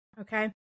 okay